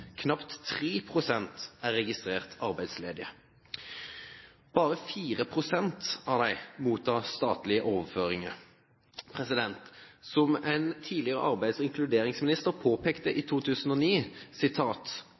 Knapt 3 pst. er registrert arbeidsledige, og bare 4 pst. av dem mottar statlige overføringer. En tidligere arbeids- og inkluderingsminister påpekte